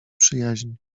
przyjaźń